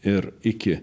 ir iki